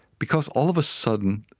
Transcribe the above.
because all of a sudden,